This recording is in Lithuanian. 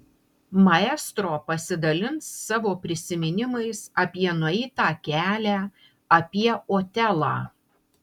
maestro pasidalins savo prisiminimais apie nueitą kelią apie otelą